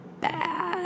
bad